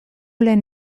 lehen